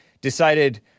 decided